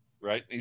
Right